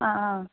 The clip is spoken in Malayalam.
ആ ആ